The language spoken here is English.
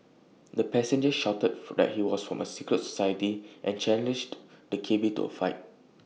the passenger shouted that he was from A secret society and challenged the cabby to A fight